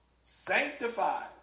sanctified